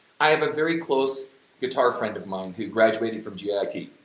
i have a very close guitar friend of mine who graduated from yeah git,